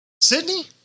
Sydney